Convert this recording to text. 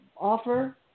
offer